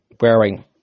wearing